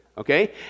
Okay